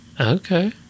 Okay